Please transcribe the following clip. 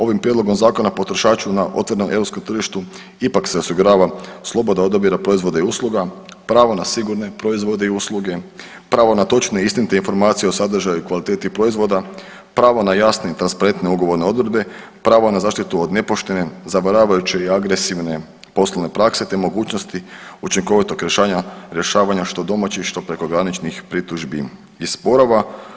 Ovim prijedlogom zakona potrošaču na otvorenom europskom tržištu ipak se osigurava sloboda odabira proizvoda i usluga, pravo na sigurne proizvode i usluge, pravo na točne, istinite informacije o sadržaju i kvaliteti proizvoda, pravo na jasne, transparentne ugovorne odredbe, pravo na zaštitu od nepoštene zavaravajuće i agresivne poslovne prakse, te mogućnosti učinkovitog rješavanja što domaćih, što prekograničnih pritužbi i sporova.